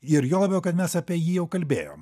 ir juo labiau kad mes apie jį jau kalbėjom